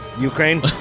Ukraine